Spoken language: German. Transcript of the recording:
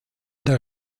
der